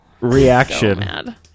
reaction